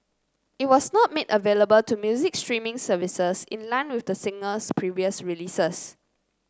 it was not made available to music streaming services in line with the singer's previous releases